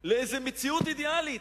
לאיזו מציאות אידיאלית,